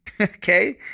okay